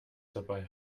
dabei